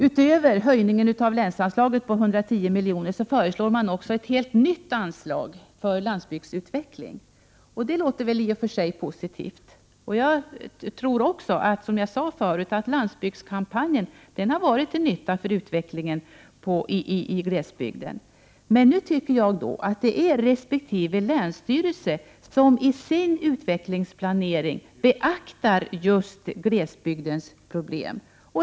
Utöver höjningen av länsanslaget till 110 miljoner föreslår de också ett helt nytt anslag för landsbygdsutveckling. Det låter i och för sig positivt. Jag tror också, som jag sade förut, att landsbygdskampanjen har varit till nytta för utvecklingen i glesbygden, men nu tycker jag att det är resp. länsstyrelse som i sin utvecklingsplanering skall beakta just glesbygdens problem.